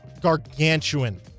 gargantuan